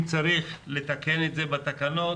אם צריך לתקן את זה בתקנות,